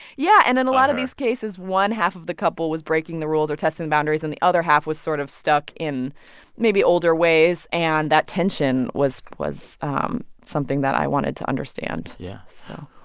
yeah. and in a lot of these cases, one half of the couple was breaking the rules or testing the boundaries and the other half was sort of stuck in maybe older ways. and that tension was was um something that i wanted to understand yeah so.